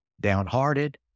downhearted